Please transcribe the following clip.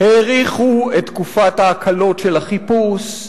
האריכו את תקופת ההקלות של החיפוש.